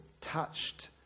touched